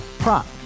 Prop